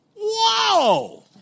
Whoa